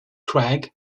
crag